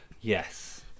Yes